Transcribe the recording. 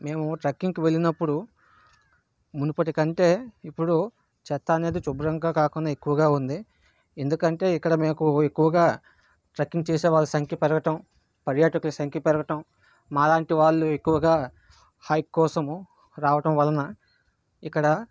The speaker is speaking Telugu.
మేము ట్రెక్కింగ్కి వెళ్ళినప్పుడు మునుపటి కంటే ఇప్పుడు చెత్త అనేది శుభ్రంగా కాకుండా ఎక్కువగా ఉంది ఎందుకంటే ఇక్కడ మాకు ఎక్కువగా ట్రెక్కింగ్ చేసే వాళ్ళ సంఖ్య పెరగడం పర్యాటకుల సంఖ్య పెరగడం మాలాంటి వాళ్ళు ఎక్కువగా హైక్ కోసం రావడం వలన ఇక్కడ